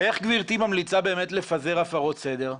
שאלה, איך גבירתי ממליצה באמת לפזר הפרות סדר?